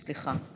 וונש, סליחה.